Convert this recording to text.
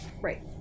Right